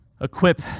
equip